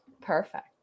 perfect